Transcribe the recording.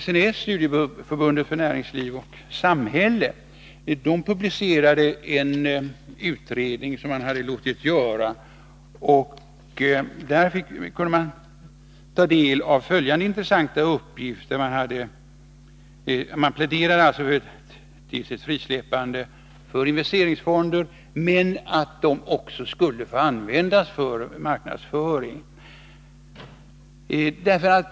SNS, Studieförbundet Näringsliv och samhälle, har publicerat en utredning som förbundet har låtit göra. I utredningen, där det pläderas för ett frisläppande av investeringsfonden men också för att medlen skall få användas för marknadsföring, kunde man ta del av flera intressanta uppgifter.